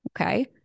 Okay